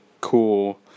cool